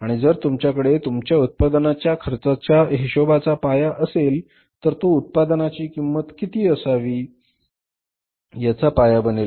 आणि जर तुमच्याकडे तुमच्या उत्पादनाच्या खर्चाच्या हिशोबाचा पाया असेल तर तो उत्पादनाची किंमत किती असावी याचा पाया बनेल